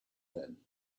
then